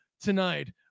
tonight